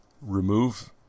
remove